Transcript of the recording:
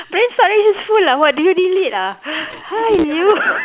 brain storage is full ah what do you delete ah !haiyo!